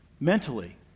Mentally